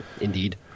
Indeed